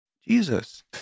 Jesus